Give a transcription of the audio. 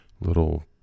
Little